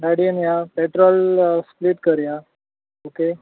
गाडयेन या petrol fill करूयां ऑके